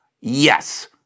Yes